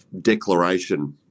declaration